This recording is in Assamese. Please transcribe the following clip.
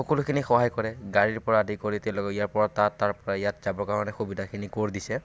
সকলোখিনি সহায় কৰে গাড়ীৰ পৰা আদি কৰি তেওঁলোকক ইয়াৰ পৰা তাত তাৰ পৰা ইয়াত যাবৰ কাৰণে সুবিধাখিনি কৰি দিছে